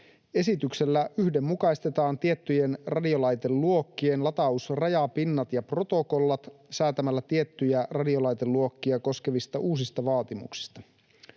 ”Esityksellä yhdenmukaistettaisiin tiettyjen radiolaiteluokkien latausrajapinnat ja -protokollat säätämällä tiettyjä radiolaiteluokkia koskevista uusista vaatimuksista.”